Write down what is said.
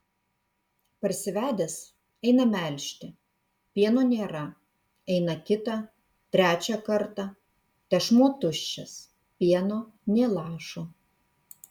parsivedęs eina melžti pieno nėra eina kitą trečią kartą tešmuo tuščias pieno nė lašo